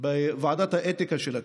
בוועדת האתיקה של הכנסת,